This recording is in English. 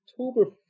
October